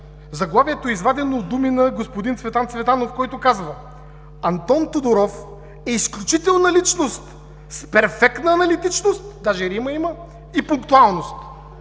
Заглавието е извадено от думи на господин Цветан Цветанов, който казва: „Антон Тодоров е изключителна личност с перфектна аналитичност – даже